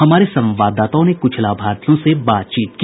हमारे संवाददाताओं ने कुछ लाभार्थियों से बातचीत की